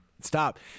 stop